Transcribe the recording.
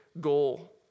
goal